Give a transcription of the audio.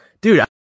Dude